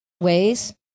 ways